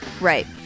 Right